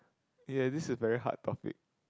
ye this is a very hard topic